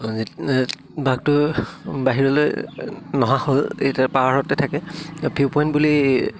বাঘটো বাহিৰলৈ নহা হ'ল এতিয়া পাৰতে থাকে ভিউ পইণ্ট বুলি